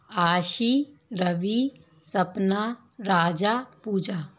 Aashi Ravi Sapna Raja Puja